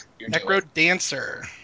Necrodancer